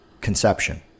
conception